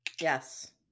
Yes